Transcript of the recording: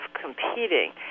competing